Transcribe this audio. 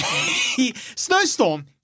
Snowstorm